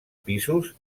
pisos